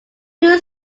two